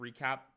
recap